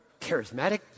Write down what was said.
Charismatic